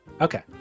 Okay